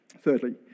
Thirdly